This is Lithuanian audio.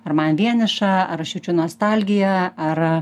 ar man vieniša ar aš jaučiu nostalgiją ar